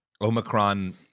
Omicron